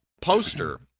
poster